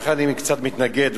לכן אני קצת מתנגד,